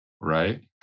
Right